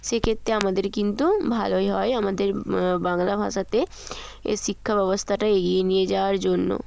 সেক্ষেত্রে আমাদের কিন্তু ভালোই হয় আমাদের বাংলা ভাষাতে শিক্ষা ব্যবস্থাটা এগিয়ে নিয়ে যাওয়ার জন্য